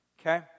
Okay